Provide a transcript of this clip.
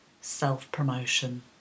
self-promotion